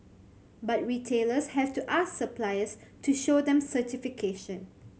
but retailers have to ask suppliers to show them certification